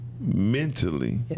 mentally